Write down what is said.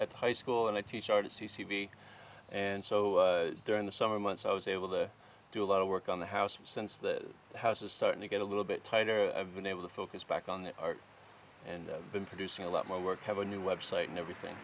at high school and i teach overseas and so during the summer months i was able to do a lot of work on the house and since that house is starting to get a little bit tighter i've been able to focus back on the art and been producing a lot more work have a new website and everything